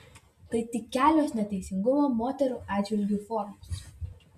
tai tik kelios neteisingumo moterų atžvilgiu formos